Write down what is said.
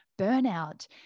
burnout